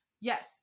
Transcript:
Yes